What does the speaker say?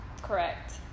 Correct